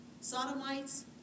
sodomites